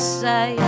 say